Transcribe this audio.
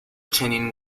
چنین